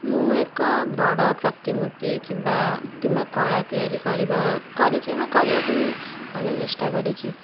ମୁଁ ଏକ ବଡ଼ ପ୍ରତିମୂର୍ତ୍ତି କିମ୍ବା କିମ୍ବା କଳା ତିଆରି କରିବା କରିଛି ବା କରିବାକୁ ବି ଅନେକ ଚେଷ୍ଟା କରିଛି